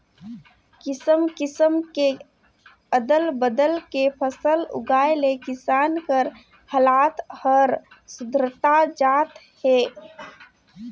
किसम किसम के अदल बदल के फसल उगाए ले किसान कर हालात हर सुधरता जात हे